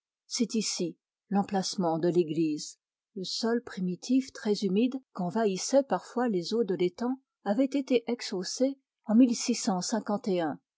c'est ici l'emplacement de l'église le sol primitif très humide qu'envahissaient parfois les eaux de l'étang avait été exhaussé en